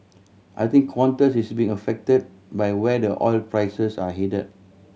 I think Qantas is being affected by where the oil prices are headed